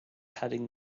padding